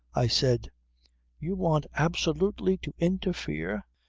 i said you want absolutely to interfere?